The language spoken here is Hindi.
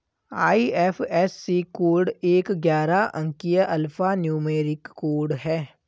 आई.एफ.एस.सी कोड एक ग्यारह अंकीय अल्फा न्यूमेरिक कोड है